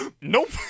nope